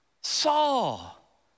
Saul